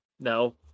No